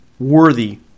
Worthy